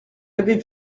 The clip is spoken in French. avait